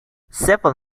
seven